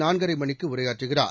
நாலரை மணிக்கு உரையாற்றுகிறார்